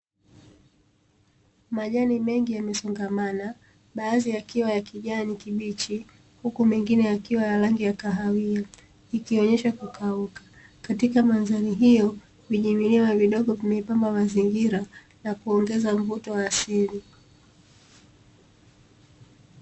Majani mengi yamesongamana, baadhi yakiwa ya kijani kibichi huku mengine yakiwa ya rangi ya kahawia ikionyesha kukauka, katika mandhari hiyo vijimilima vidogo vimeipamba mazingira na kuongeza mvuto wa asili.